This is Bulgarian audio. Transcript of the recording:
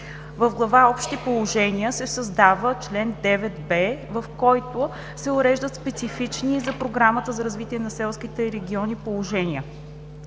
В Глава „Общи положения“ се създава чл. 9б, в който се уреждат специфични за Програмата за развитие на селските региони положения.